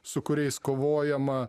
su kuriais kovojama